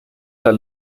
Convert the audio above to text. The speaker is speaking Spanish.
del